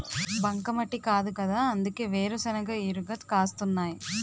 బంకమట్టి కాదుకదా అందుకే వేరుశెనగ ఇరగ కాస్తున్నాయ్